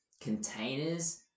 containers